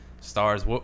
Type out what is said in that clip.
stars